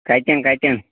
کَتٮ۪ن کَتٮ۪ن